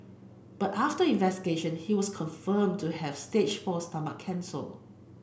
but after investigation he was confirmed to have stage four stomach cancer